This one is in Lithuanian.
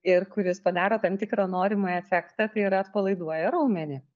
ir kuris padaro tam tikrą norimą efektą tai yra atpalaiduoja raumenį